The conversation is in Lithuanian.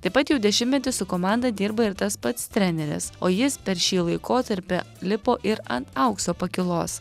taip pat jau dešimtmetį su komanda dirba ir tas pats treneris o jis per šį laikotarpį lipo ir ant aukso pakylos